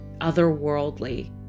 otherworldly